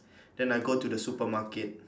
then I go to the supermarket